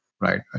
right